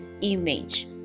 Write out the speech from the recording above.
image